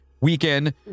weekend